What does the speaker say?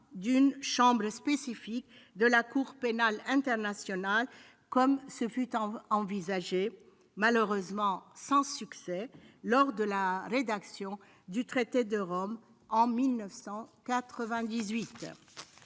d'une chambre spécifique de la Cour pénale internationale, la CPI, comme ce fut envisagé, malheureusement sans succès, lors de la rédaction du statut de Rome en 1998,